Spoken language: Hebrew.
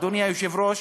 אדוני היושב-ראש,